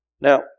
Now